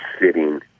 sitting